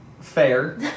Fair